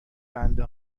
بنده